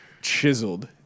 Chiseled